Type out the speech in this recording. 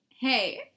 hey